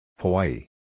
Hawaii